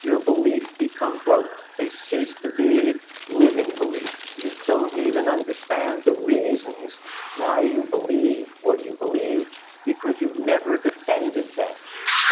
your beliefs become rote, they seize to be living beliefs. you don't even understand the reasons why you believe what you believe because you've never defended them